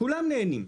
כולם נהנים.